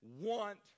want